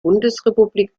bundesrepublik